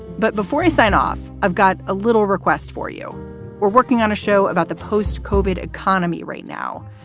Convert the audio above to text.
but before i sign off, i've got a little request for you we're working on a show about the post cobbett economy right now,